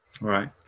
Right